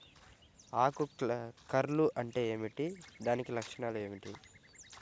ఆకు కర్ల్ అంటే ఏమిటి? దాని లక్షణాలు ఏమిటి?